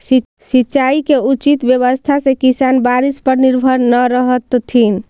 सिंचाई के उचित व्यवस्था से किसान बारिश पर निर्भर न रहतथिन